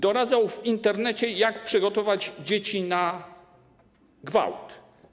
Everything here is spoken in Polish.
Doradzał w Internecie, jak przygotować dzieci na gwałt.